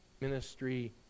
ministry